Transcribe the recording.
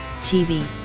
TV